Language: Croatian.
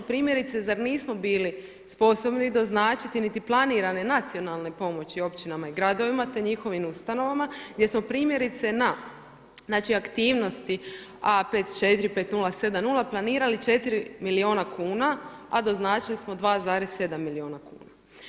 Primjerice, zar nismo bili sposobni doznačiti niti planirane nacionalne pomoći općinama i gradovima te njihovim ustanovama gdje smo primjerice na aktivnosti A 54, 5070 planirali 4 milijuna kuna a do značili smo 2,7 milijuna kuna.